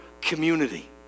community